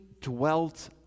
dwelt